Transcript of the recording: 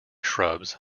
shrubs